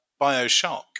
Bioshock